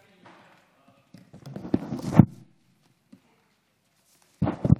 אחמד,